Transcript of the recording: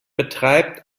betreibt